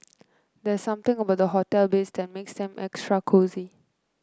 there's something about hotel beds that makes them extra cosy